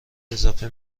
اضافه